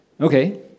okay